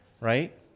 right